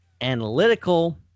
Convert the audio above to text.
analytical